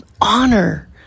honor